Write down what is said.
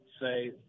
say –